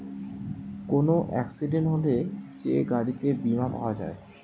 কোন এক্সিডেন্ট হলে যে গাড়িতে বীমা পাওয়া যায়